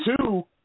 two